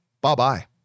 bye-bye